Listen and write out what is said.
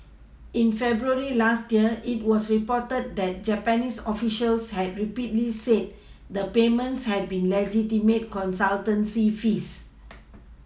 in February last year it was reported that Japanese officials had repeatedly said the payments had been legitimate consultancy fees